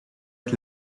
het